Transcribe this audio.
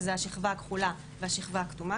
שזה השכבה הכחולה והשכבה הכתומה,